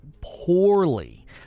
poorly